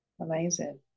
amazing